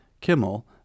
Kimmel